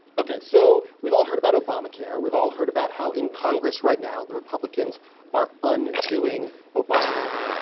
ok, so we've all heard about obamacare. we've all heard about how in congress right now, the republicans are undoing obamacare.